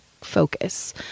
focus